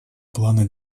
плана